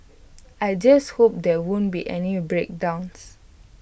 I just hope there won't be any breakdowns